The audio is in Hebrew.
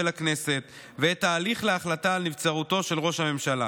הכנסת ואת ההליך להחלטה על נבצרותו של ראש הממשלה